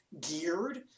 geared